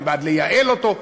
אני בעד לייעל אותו,